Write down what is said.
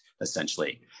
essentially